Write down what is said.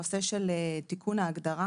הנושא של תיקון ההגדרה,